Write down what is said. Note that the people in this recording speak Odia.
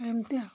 ଏମିତି ଆଉ